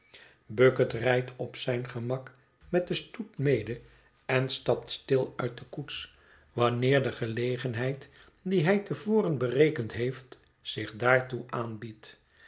bucket rijdt op zijn gemak met den stoet mede en stapt stil uit de koets wanneer de gelegenheid die hij te voren berekend heeft zich daartoe aanbiedt